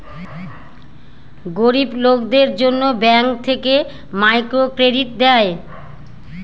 গরিব লোকদের জন্য ব্যাঙ্ক থেকে মাইক্রো ক্রেডিট দেয়